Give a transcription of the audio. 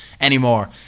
anymore